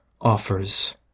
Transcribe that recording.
offers